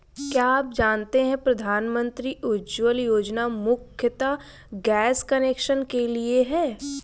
क्या आप जानते है प्रधानमंत्री उज्ज्वला योजना मुख्यतः गैस कनेक्शन के लिए है?